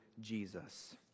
Jesus